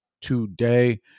today